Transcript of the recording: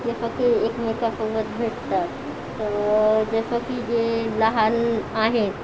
जे फक्त एकमेकासोबत भेटतात जसं की जे लहान आहेत